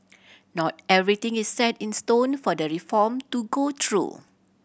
not everything is set in stone for the reform to go through